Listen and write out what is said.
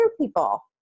people